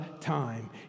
time